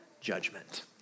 judgment